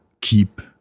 keep